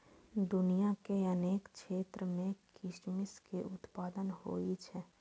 दुनिया के अनेक क्षेत्र मे किशमिश के उत्पादन होइ छै